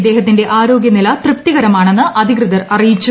ഇദ്ദേഹത്തിന്റെ ആരോഗ്യൂനില് തൃപ്തികരമാണെന്ന് അധികൃതർ അറിയിച്ചു